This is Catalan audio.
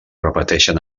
repeteixen